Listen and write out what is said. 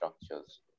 structures